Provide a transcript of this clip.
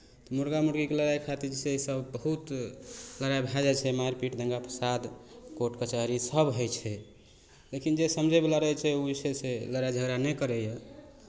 तऽ मुरगा मुरगीके लड़ाइ खातिर जे छै सभ बहुत लड़ाइ भए जाइ छै मारि पीट दंगा फसाद कोर्ट कचहरी सभ होइ छै लेकिन जे समझैवला रहै छै ओ जे छै से लड़ाइ झगड़ा नहि करैए